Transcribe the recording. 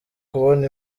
kubona